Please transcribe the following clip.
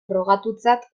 frogatutzat